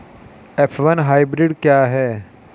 F one hybrid क्या है?